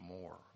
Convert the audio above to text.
more